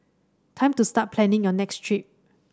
time to start planning your next trip